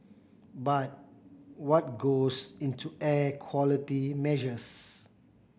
but what goes into air quality measures